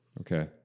Okay